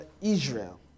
Israel